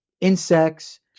insects